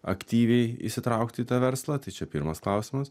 aktyviai įsitraukti į tą verslą tai čia pirmas klausimas